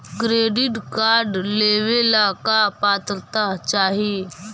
Credit card लेवेला का पात्रता चाही?